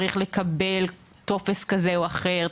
צריך לקבל טופס כזה או אחר,